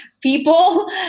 people